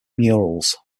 murals